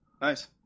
Nice